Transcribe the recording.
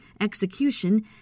execution